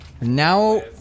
now